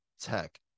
Tech